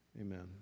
Amen